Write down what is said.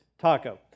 taco